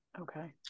Okay